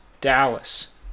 dallas